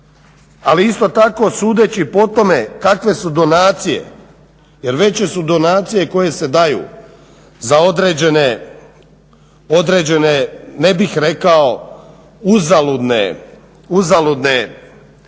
ali isto tako sudeći po tome kakve su donacije, jer veće su donacije koje se daju za određene, ne bih rekao uzaludne stvari,